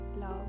love